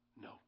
no